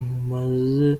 bumaze